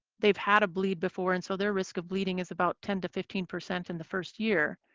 they've had a bleed before and so their risk of bleeding is about ten to fifteen percent in the first year.